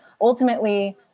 Ultimately